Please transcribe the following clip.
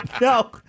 No